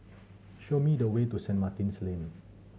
show me the way to Saint Martin's Lane